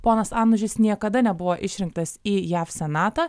ponas anužis niekada nebuvo išrinktas į jav senatą